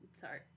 Sorry